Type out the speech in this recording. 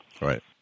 Right